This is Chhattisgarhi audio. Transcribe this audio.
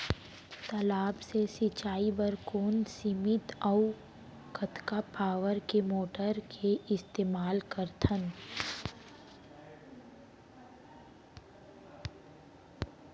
तालाब से सिंचाई बर कोन सीमित अऊ कतका पावर के मोटर के इस्तेमाल करथन?